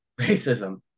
racism